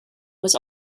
was